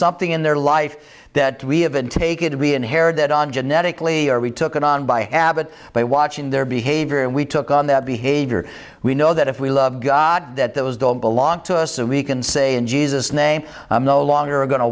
something in their life that we haven't taken to be inherited on genetic layer we took it on by habit by watching their behavior we took on that behavior we know that if we love god that those don't belong to us so we can say in jesus name i'm no longer going to